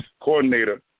coordinator